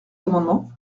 amendement